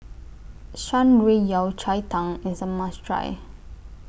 Shan Rui Yao Cai Tang IS A must Try